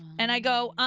and i go,